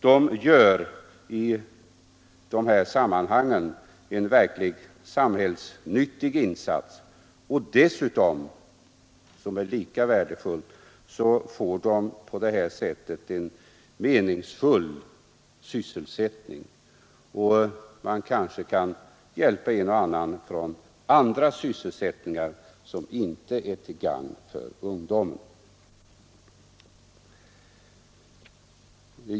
De gör i det här sammanhangen en verkligt samhällsnyttig insats, och dessutom — vilket är lika värdefullt — får de på det här sättet en meningsfull sysselsättning. Deltagande i ungdomsutbildningen kan hjälpa en och annan från andra sysselsättningar som inte är till gagn för dem själva.